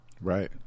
Right